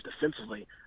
defensively